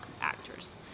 actors